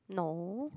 no